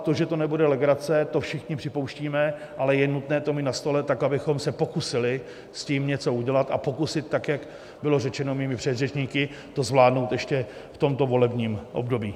To, že to nebude legrace, to všichni připouštíme, ale je nutné to mít na stole tak, abychom se pokusili s tím něco udělat, a pokusit se tak, jak bylo řečeno mými předřečníky, to zvládnout ještě v tomto volebním období.